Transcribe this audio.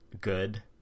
good